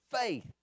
faith